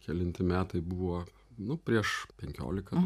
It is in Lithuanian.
kelinti metai buvo nu prieš penkiolika